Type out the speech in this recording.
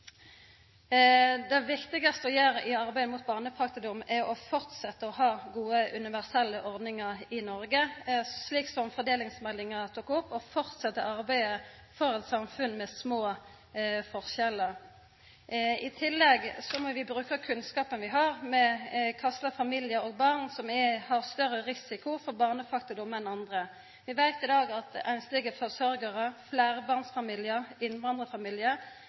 Det viktigaste vi kan gjera i arbeidet mot barnefattigdom, er å fortsetja å ha gode universelle ordningar i Noreg, slik som fordelingsmeldinga tok opp, og å fortsetja arbeidet for eit samfunn med små forskjellar. I tillegg må vi bruka kunnskapen vi har om kva slags familiar og barn som har større risiko for barnefattigdom enn andre. Vi veit i dag at einslege forsørgjarar, fleirbarnsfamiliar og innvandrarfamiliar